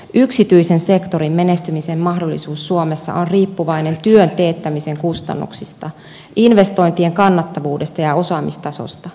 yksityisen sektorin menestymisen mahdollisuus suomessa on riippuvainen työn teettämisen kustannuksista investointien kannattavuudesta ja osaamistasosta